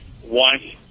one